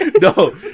No